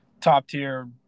top-tier